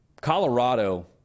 Colorado